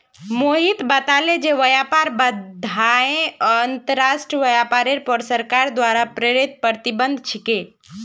मोहित बताले जे व्यापार बाधाएं अंतर्राष्ट्रीय व्यापारेर पर सरकार द्वारा प्रेरित प्रतिबंध छिके